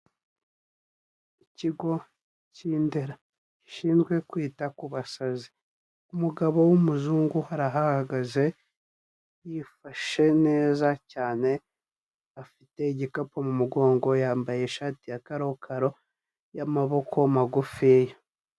Ikigo cy'Indera gishinzwe kwita ku basazi, umugabo w'umuzungu arahahagaze yifashe neza cyane, afite igikapu mu mugongo yambaye ishati ya karokaro y'amaboko magufiya.